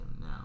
now